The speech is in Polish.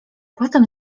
potem